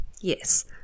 yes